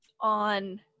on